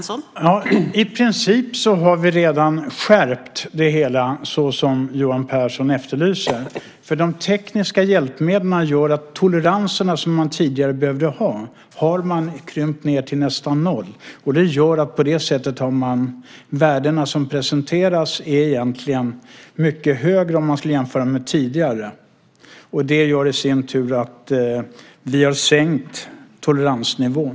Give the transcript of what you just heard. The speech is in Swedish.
Fru talman! I princip har vi redan skärpt det hela så som Johan Pehrson efterlyser. De tekniska hjälpmedlen gör att de toleranser som tidigare behövdes nu har krympts ned nästan till 0. På det sättet är de värden som presenteras egentligen mycket högre jämfört med tidigare. Det i sin tur gör att vi redan har sänkt toleransnivån.